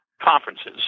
conferences